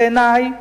בעיני,